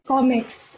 Comics